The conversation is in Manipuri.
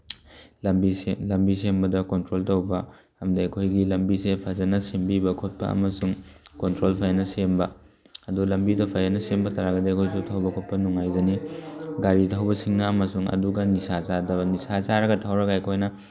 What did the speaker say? ꯂꯝꯕꯤ ꯂꯝꯕꯤ ꯁꯦꯝꯕꯗ ꯀꯣꯟꯇ꯭ꯔꯣꯜ ꯇꯧꯕ ꯑꯝꯗꯤ ꯑꯩꯈꯣꯏꯒꯤ ꯂꯝꯕꯤꯁꯦ ꯐꯖꯅ ꯁꯦꯝꯕꯤꯕ ꯈꯣꯠꯄ ꯑꯃꯁꯨꯡ ꯀꯣꯟꯇ꯭ꯔꯣꯜ ꯐꯖꯅ ꯁꯦꯝꯕ ꯑꯗꯨ ꯂꯝꯕꯤꯗꯣ ꯐꯖꯅ ꯁꯦꯝꯕ ꯇꯥꯔꯒꯗꯤ ꯑꯩꯈꯣꯏꯁꯨ ꯊꯧꯕ ꯈꯣꯠꯄ ꯅꯨꯡꯉꯥꯏꯖꯅꯤ ꯒꯥꯔꯤ ꯊꯧꯕꯁꯤꯡꯅ ꯑꯃꯁꯨꯡ ꯑꯗꯨꯒ ꯅꯤꯁꯥ ꯆꯥꯗꯕ ꯅꯤꯁꯥ ꯆꯥꯔꯒ ꯊꯧꯔꯒ ꯑꯩꯈꯣꯏꯅ